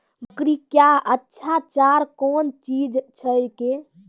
बकरी क्या अच्छा चार कौन चीज छै के?